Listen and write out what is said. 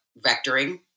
vectoring